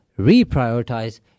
reprioritize